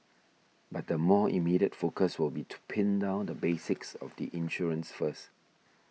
but the more immediate focus will be to pin down the basics of the insurance first